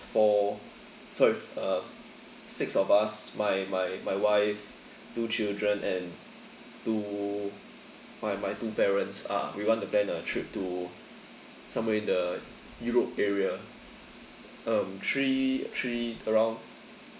four sorry f~ uh six of us my my my wife two children and two my my two parents ah we want to plan a trip to somewhere in the europe area um three three around